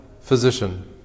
physician